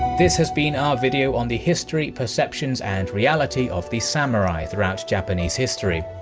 this has been our video on the history, perceptions and reality of the samurai throughout japanese history.